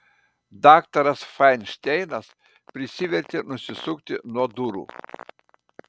daktaras fainšteinas prisivertė nusisukti nuo durų